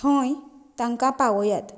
थंय तांकां पावयात